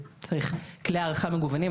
צריך כלי הערכה מגוונים,